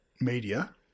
media